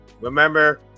remember